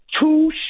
two